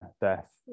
death